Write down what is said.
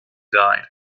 died